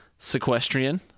Sequestrian